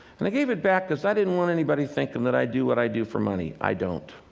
and i gave it back because i didn't want anybody thinking that i do what i do for money i don't.